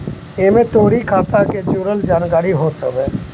एमे तोहरी खाता के जुड़ल जानकारी होत हवे